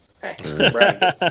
Hey